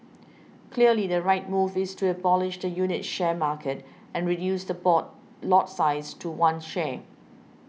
clearly the right move is to abolish the unit share market and reduce the board lot size to one share